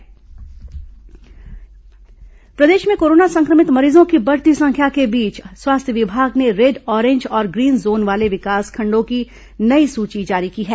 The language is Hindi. रेड ऑरेज जोन प्रदेश में कोरोना संक्रमित मरीजों की बढ़ती संख्या के बीच स्वास्थ्य विभाग ने रेड ऑरेंज और ग्रीन जोन वाले विकासखंडों की नई सूची जारी की है